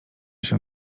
się